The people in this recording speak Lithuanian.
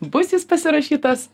bus jis pasirašytas